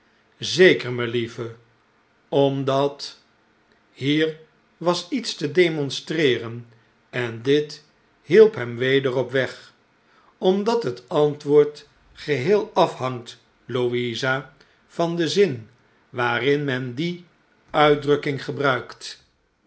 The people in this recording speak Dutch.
zeker melieve omdat hier was iets te demonstreeren en dit hielp hem weder op weg omdat het antwoord geheel afhangt louisa van den zin waarin men die uitdrukking gebruikt